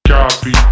Copy